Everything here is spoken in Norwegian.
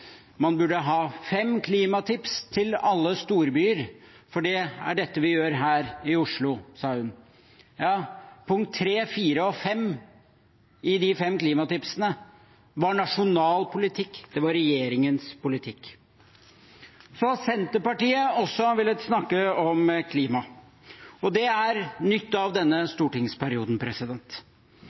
man burde ha fem klimatips til alle storbyer, for det er dette vi gjør her i Oslo, sa hun. Punktene 3, 4 og 5 av de fem klimatipsene var nasjonal politikk – det var regjeringens politikk. Senterpartiet har også villet snakke om klima. Det er nytt for denne stortingsperioden.